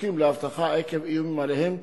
זקוקים לאבטחה עקב איומים עליהם,